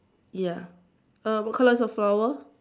ya uh what colour is your flower